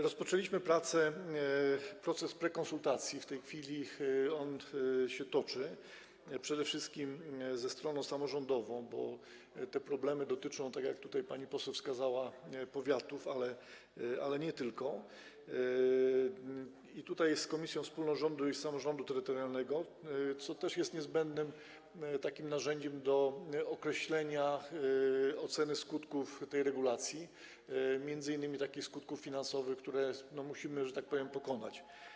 Rozpoczęliśmy prace, proces prekonsultacji, w tej chwili on się toczy, przede wszystkim ze stroną samorządową, bo te problemy dotyczą, tak jak tutaj pani poseł wskazała, powiatów, ale nie tylko, i tutaj z Komisją Wspólną Rządu i Samorządu Terytorialnego, co też jest takim niezbędnym narzędziem do określenia oceny skutków tej regulacji, m.in. takich skutków finansowych, które musimy, że tak powiem, pokonać.